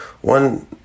one